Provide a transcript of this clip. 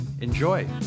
Enjoy